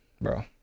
Bro